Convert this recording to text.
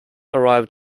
arrived